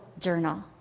journal